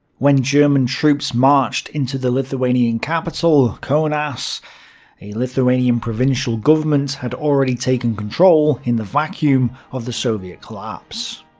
when german troops marched into the lithuanian capital, kaunas, a lithuanian provisional government had already taken control in the vacuum of the soviet collapse.